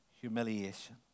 humiliation